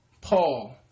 Paul